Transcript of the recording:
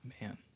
Man